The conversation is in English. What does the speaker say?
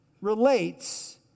relates